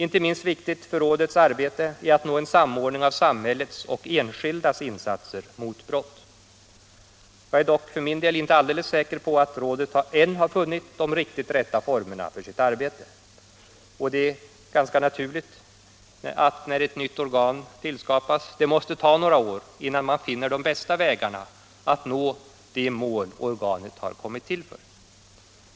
Inte minst viktigt för rådets arbete är att nå en samordning av samhällets och enskildas insatser mot brott. Jag är dock för min del inte alldeles säker på att rådet än har funnit de riktigt rätta formerna för sitt arbete. Och det är ganska naturligt att det, när ett nytt organ tillskapas, måste ta några år innan man finner de bästa vägarna att nå de mål organet har kommit till för.